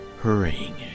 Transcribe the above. hurrying